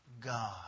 God